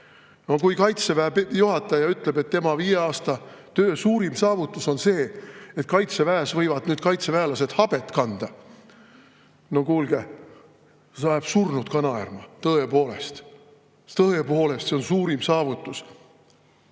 Kaitseväe juhataja ütleb, et tema viie aasta töö suurim saavutus on see, et Kaitseväes võivad nüüd kaitseväelased habet kanda! No kuulge, see sajab surnud naerma, tõepoolest. Tõepoolest, see on suurim saavutus!